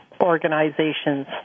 organizations